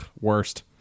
worst